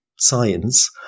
science